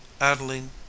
Adeline